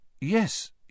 Yes